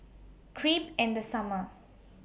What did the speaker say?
Crepe in The Summer